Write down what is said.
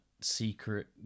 secret